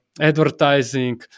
Advertising